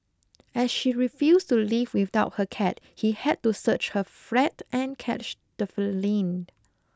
as she refused to leave without her cat he had to search her flat and catch the feline